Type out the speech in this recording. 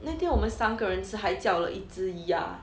那天我们三个人吃还叫了一只鸭